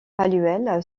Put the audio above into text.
palluel